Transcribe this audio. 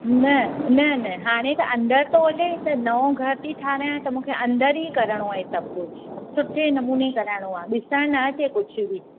न नन हाणे त अंदरि थो हले त नओं घर थी ठहाराया त मूंखे अंदरि ई करणो आहे हीअ सभु कुझु सुठे नमूने कराइणो आहे ॾिसण न अचे कुझु बि